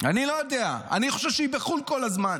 אני לא יודע, אני חושב שהיא בחו"ל כל הזמן.